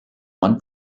one